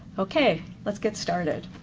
okay, let's get started.